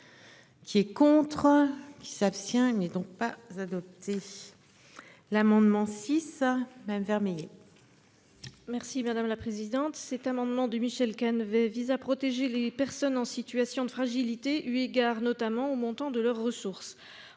Qui est contre. Qui s'abstient mais donc pas adopté. L'amendement six madame Vermeillet. Merci madame la présidente. Cet amendement de Michel Canevet vise à protéger les personnes en situation de fragilité, eu égard notamment au montant de leurs ressources